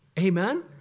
Amen